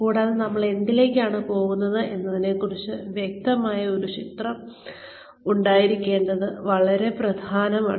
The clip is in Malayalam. കൂടാതെ നമ്മൾ എന്തിലേക്കാണ് പോകുന്നത് എന്നതിനെക്കുറിച്ച് വ്യക്തമായ ഒരു ചിത്രം ഉണ്ടായിരിക്കേണ്ടത് വളരെ പ്രധാനമാണ്